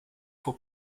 for